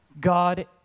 God